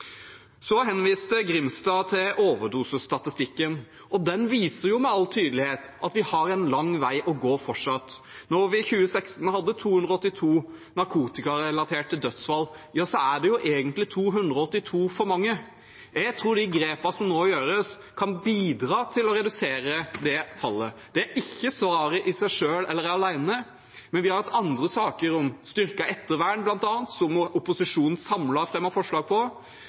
Så henviste Grimstad til overdosestatistikken, og den viser med all tydelighet at vi fortsatt har en lang vei å gå. Når vi i 2016 hadde 282 narkotikarelaterte dødsfall, er det egentlig 282 for mange. Jeg tror de grepene som nå gjøres, kan bidra til å redusere det tallet. Det er ikke svaret i seg selv, eller alene, men vi har hatt andre saker, bl.a. om styrket ettervern, som opposisjonen samlet fremmet forslag